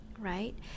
right